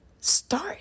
start